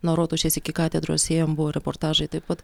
nuo rotušės iki katedros ėjom buvo reportažai taip pat